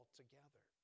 together